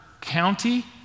county